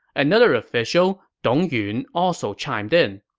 another official, dong yun, also chimed in.